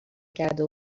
کرده